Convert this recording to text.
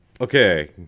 okay